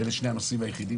אלה שני הנושאים היחידים